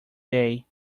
day